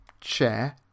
chair